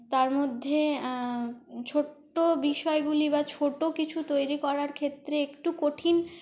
তার মধ্যে ছোট্ট বিষয়গুলি বা ছোট কিছু তৈরি করার ক্ষেত্রে একটু কঠিন